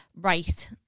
right